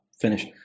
finish